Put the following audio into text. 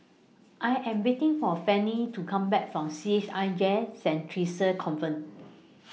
I Am waiting For Fanny to Come Back from C H I J Saint Theresa's Convent